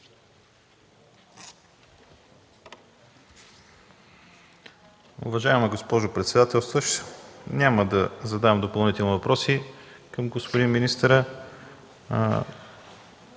Уважаема госпожо председателстващ, няма да задавам допълнителни въпроси към господин министъра.